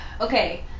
Okay